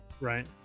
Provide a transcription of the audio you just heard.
Right